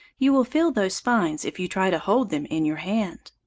you will feel those spines if you try to hold them in your hand.